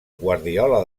guardiola